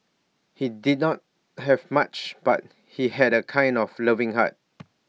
he did not have much but he had A kind of loving heart